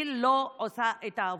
היא לא עושה את העבודה.